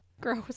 Gross